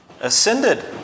Ascended